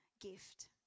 gift